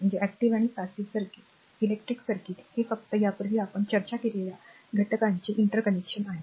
तर electric circuit हे फक्त यापूर्वी आपण चर्चा केलेल्या घटकांचे इंटरकनेक्शन आहे